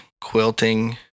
quilting